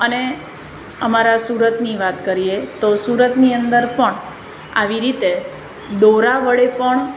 અને અમારા સુરતની વાત કરીએ તો સુરતની અંદર પણ આવી રીતે દોરા વડે પણ